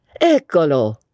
Eccolo